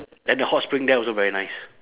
then the hot spring there also very nice